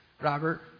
Robert